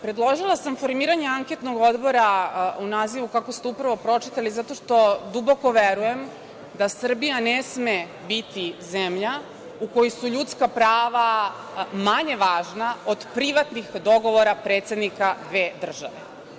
Predložila sam formiranje anketnog odbora u nazivu, kako ste upravo pročitali, zato što duboko verujem da Srbija ne sme biti zemlja u kojoj su ljudska prava manje važna od privatnih dogovora predsednika dve države.